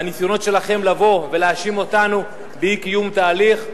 והניסיונות שלכם לבוא ולהאשים אותנו באי-קיום תהליך,